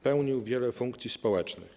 Pełnił wiele funkcji społecznych.